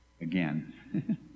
Again